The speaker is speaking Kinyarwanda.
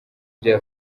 bya